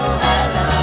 hello